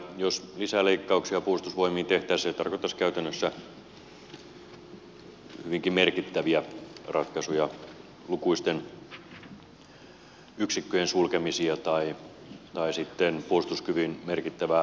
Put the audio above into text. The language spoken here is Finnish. jos lisäleikkauksia puolustusvoimiin tehtäisiin se tarkoittaisi käytännössä hyvinkin merkittäviä ratkaisuja lukuisten yksikköjen sulkemisia tai sitten puolustuskyvyn merkittävää alentamista